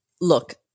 look